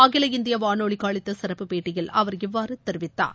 அகில இந்திய வானொலிக்கு அளித்த சிறப்பு பேட்டியில் அவர் இவ்வாறு தெரிவித்தார்